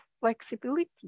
flexibility